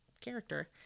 character